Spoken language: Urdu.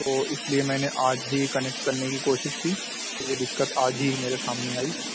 تو اس لیے میں نے آج ہی کنیکٹ کرنے کی کوشش کی تو یہ دقت آج ہی میرے سامنے آئی